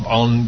on